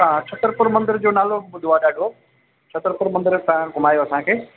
तां छत्तरपुर मंदर जो नालो ॿुधो आहे ॾाढो छत्तरपुर मंदिर तव्हां घुमायो असांखे